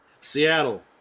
Seattle